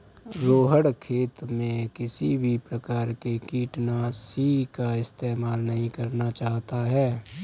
रोहण खेत में किसी भी प्रकार के कीटनाशी का इस्तेमाल नहीं करना चाहता है